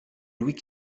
louis